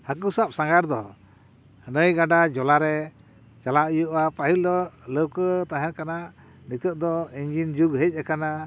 ᱦᱟᱹᱠᱩ ᱥᱟᱵ ᱥᱟᱸᱜᱷᱟᱨ ᱫᱚ ᱱᱟᱹᱭ ᱜᱟᱰᱟ ᱡᱚᱞᱟ ᱨᱮ ᱪᱟᱞᱟᱜ ᱦᱩᱭᱩᱜᱼᱟ ᱯᱟᱹᱦᱤᱞ ᱫᱚ ᱞᱟᱹᱣᱠᱟᱹ ᱛᱟᱦᱮᱸ ᱠᱟᱱᱟ ᱱᱤᱛᱟᱹᱜ ᱫᱚ ᱤᱱᱡᱤᱱ ᱡᱩᱜᱽ ᱦᱮᱡ ᱠᱟᱱᱟ